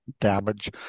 damage